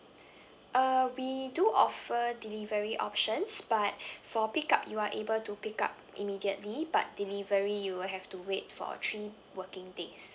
uh we do offer delivery options but for pick up you are able to pick up immediately but delivery you will have to wait for three working days